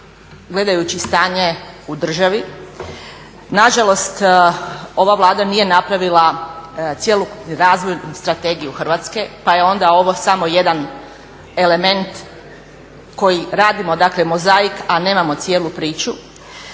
gledajući stanje u državi. Nažalost, ova Vlada nije napravila cjelokupni razvoj strategije Hrvatske pa je onda ovo samo jedan element koji radimo dakle mozaik a nemamo cijelu priču.